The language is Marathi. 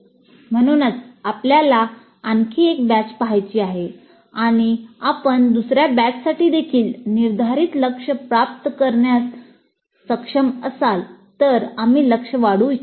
म्हणूनच आपल्याला आणखी एक बॅच पहायची आहे आणि आपण दुसर्या बॅचसाठीदेखील निर्धारित लक्ष्य प्राप्त करण्यास सक्षम असाल तर आम्ही लक्ष्य वाढवू इच्छितो